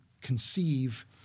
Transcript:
conceive